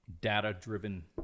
data-driven